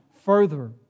further